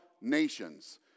nations